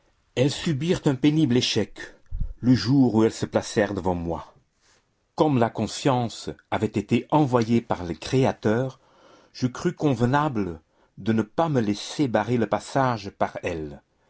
elles subirent un pénible échec le jour où elles se placèrent devant moi comme la conscience avait été envoyée par le créateur je crus convenable de ne pas me laisser barrer le passage par elle